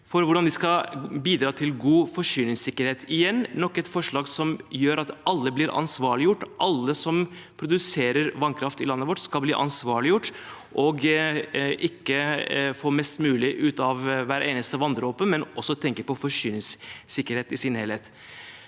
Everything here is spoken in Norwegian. for hvordan de skal bidra til god forsyningssikkerhet. Det er igjen et forslag som gjør at alle som produserer vannkraft i landet vårt, skal bli ansvarliggjort – ikke bare få mest mulig ut av hver eneste vanndråpe, men også tenke på forsyningssikkerhet i sin helhet.